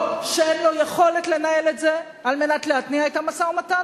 או שאין לו יכולת לנהל את זה על מנת להתניע את המשא-ומתן,